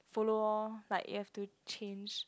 follow orh like you have to change